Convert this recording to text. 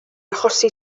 achosi